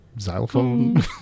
xylophone